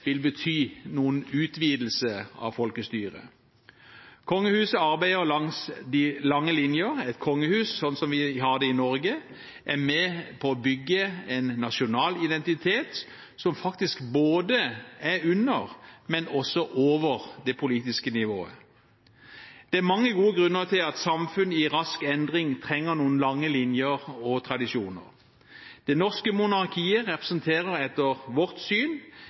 vil bety noen utvidelse av folkestyret. Kongehuset arbeider langs de lange linjer. Et kongehus slik vi har det i Norge, er med på å bygge en nasjonal identitet, som faktisk er både under og over det politiske nivået. Det er mange gode grunner til at samfunn i rask endring trenger noen lange linjer og tradisjoner. Det norske monarkiet representerer etter vårt syn